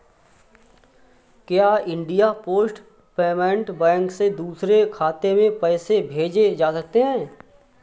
क्या India post payment bank से दूसरे खाते में पैसे भेजे जा सकते हैं?